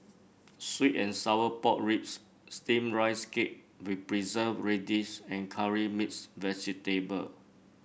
sweet and Sour Pork Ribs steamed Rice Cake with Preserved Radish and Curry Mixed Vegetable